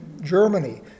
Germany